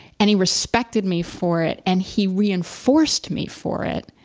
and he respected me for it and he reinforced me for it.